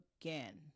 again